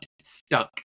stuck